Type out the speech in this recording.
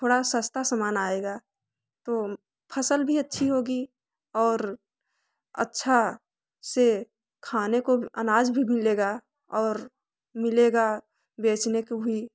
थोड़ा सस्ता सामान आएगा तो फसल भी अच्छी होगी और अच्छा से खाने को अनाज भी मिलेगा और मिलेगा बेचने को भी